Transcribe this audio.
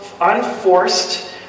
unforced